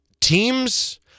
Teams